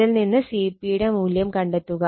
ഇതിൽ നിന്ന് Cp യുടെ മൂല്യം കണ്ടെത്തുക